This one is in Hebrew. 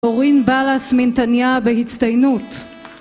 אורין בלס מנתניה בהצטיינות